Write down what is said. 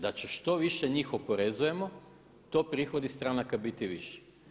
Da će što više njih oporezujemo to prihodi stranaka biti viši.